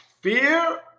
Fear